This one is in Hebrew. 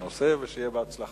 והיא תועבר